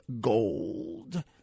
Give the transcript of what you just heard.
gold